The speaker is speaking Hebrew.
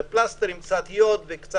זה פלסטר עם קצת יוד וקצת